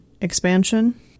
expansion